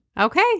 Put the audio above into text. Okay